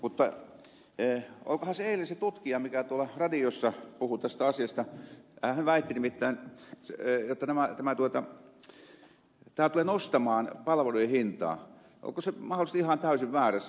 mutta onkohan se tutkija mikä tuolla radiossa eilen puhui tästä asiasta hän väitti nimittäin että tämä tulee nostamaan palvelujen hintaa mahdollisesti ihan täysin väärässä